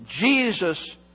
Jesus